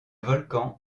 volcan